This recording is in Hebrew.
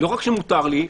לא רק שמותר לי,